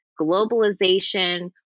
globalization